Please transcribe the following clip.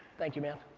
thank you, man.